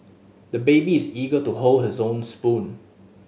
the baby is eager to hold his own spoon